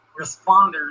responders